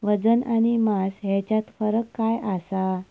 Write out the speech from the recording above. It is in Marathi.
वजन आणि मास हेच्यात फरक काय आसा?